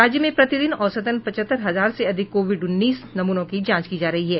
राज्य में प्रतिदिन औसतन पचहत्तर हजार से अधिक कोविड उन्नीस नूमनों की जांच की जा रही है